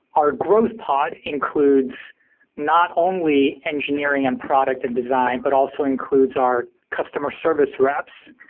our growth pod includes not only engineering and product and design, but also includes our customer service reps,